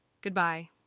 Goodbye